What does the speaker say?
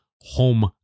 home